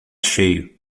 cheio